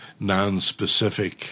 nonspecific